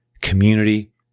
community